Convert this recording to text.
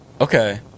Okay